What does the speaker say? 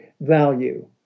value